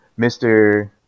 Mr